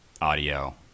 audio